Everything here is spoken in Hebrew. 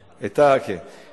יורידו לו את התפוז, מקסימום.